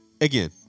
again